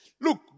look